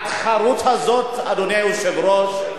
התחרות הזאת, אדוני היושב-ראש,